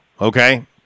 okay